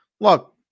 look